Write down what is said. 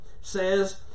says